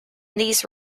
these